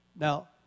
Now